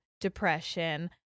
depression